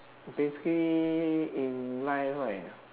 basically in life right